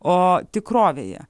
o tikrovėje